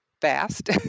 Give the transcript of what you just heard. fast